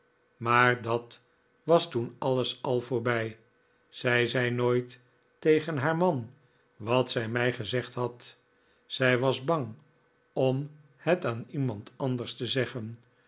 maar dat was toen alles al voorbij zij zei nooit tegen haar man wat zij mij gezegd had zij was bang om het aan iemand anders te zeggen